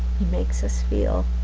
he makes us feel